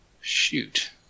Shoot